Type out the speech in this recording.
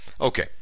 Okay